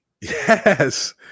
Yes